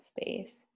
space